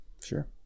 Sure